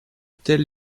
tels